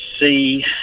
see